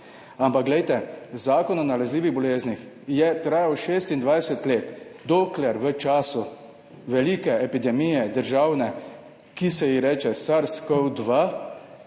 Ampak glejte, Zakon o nalezljivih boleznih je trajal 26 let, dokler v času velike državne epidemije, ki se ji reče SARS-CoV-2,